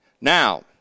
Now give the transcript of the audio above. Now